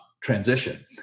transition